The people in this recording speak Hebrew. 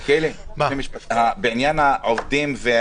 מלכיאלי, בעניין העובדים,